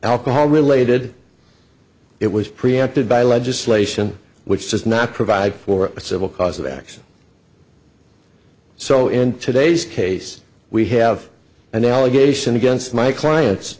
alcohol related it was preempted by legislation which does not provide for a civil cause of action so in today's case we have an allegation against my clients